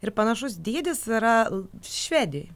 ir panašus dydis yra švedijoj